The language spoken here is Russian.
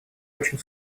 очень